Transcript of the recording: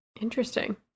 Interesting